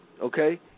okay